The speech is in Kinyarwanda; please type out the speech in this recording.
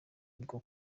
bwo